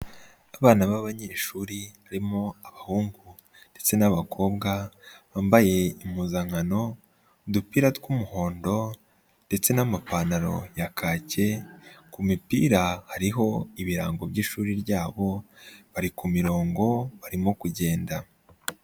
Abana b'abanyeshuri barimo abahungu ndetse n'abakobwa bambaye impuzankano, udupira tw'umuhondo ndetse n'amapantaro ya kake, ku mipira hariho ibirango by'ishuri ryabo, bari kumirongo barimo kugenda.